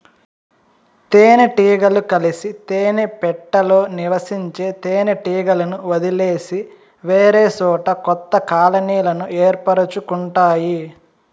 తేనె టీగలు కలిసి తేనె పెట్టలో నివసించే తేనె టీగలను వదిలేసి వేరేసోట కొత్త కాలనీలను ఏర్పరుచుకుంటాయి